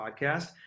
podcast